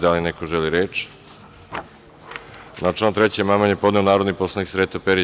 Da li neko želi reč? (Ne) Na član 3. amandman je podneo narodni poslanik Sreto Perić.